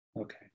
Okay